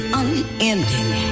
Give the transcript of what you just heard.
unending